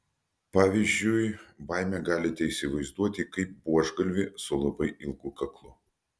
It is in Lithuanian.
pavyzdžiui baimę galite įsivaizduoti kaip buožgalvį su labai ilgu kaklu